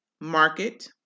market